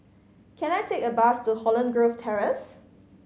can I take a bus to Holland Grove Terrace